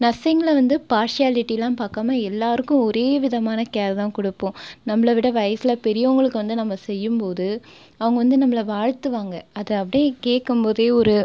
நர்சிங்கில் வந்து பார்சியாலிட்டியெல்லாம் பார்க்காம எல்லாேருக்கும் ஒரே விதமான கேர் தான் கொடுப்போம் நம்மளை விட வயசில் பெரியவர்களுக்கு வந்து நம்ம செய்யும் போது அவங்க வந்து நம்மளை வாழ்த்துவாங்க அதை அப்படியே கேட்கும் போதே ஒரு